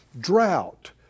drought